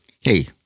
hey